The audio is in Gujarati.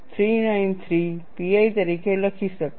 393 pi તરીકે લખી શકો છો